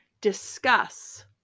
discuss